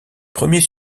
premiers